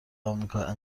آمریکا